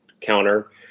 counter